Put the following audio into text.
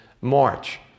March